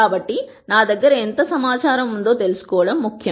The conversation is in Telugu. కాబట్టి నా దగ్గర ఎంత సమాచారం ఉందో తెలుసుకోవడం ముఖ్యం